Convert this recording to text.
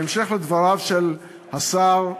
בהמשך לדבריו של השר כהן,